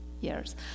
years